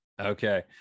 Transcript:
Okay